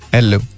Hello